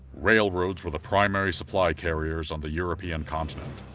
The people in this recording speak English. railroads were the primary supply carriers on the european continent.